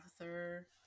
author